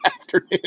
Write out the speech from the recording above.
afternoon